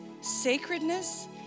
sacredness